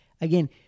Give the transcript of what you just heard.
Again